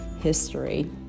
history